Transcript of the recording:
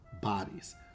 bodies